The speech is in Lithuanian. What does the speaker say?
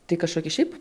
tai kažkokį šiaip